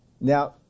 Now